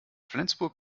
flensburg